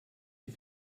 die